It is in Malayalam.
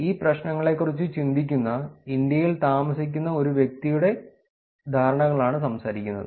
ഈ പ്രശ്നങ്ങളെക്കുറിച്ച് ചിന്തിക്കുന്ന ഇന്ത്യയിൽ താമസിക്കുന്ന ഒരു വ്യക്തിയുടെ ധാരണകളാണ് സംസാരിക്കുന്നത്